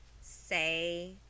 say